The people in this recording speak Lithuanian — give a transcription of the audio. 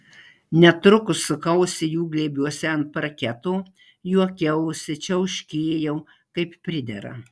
netrukus sukausi jų glėbiuose ant parketo juokiausi čiauškėjau kaip pridera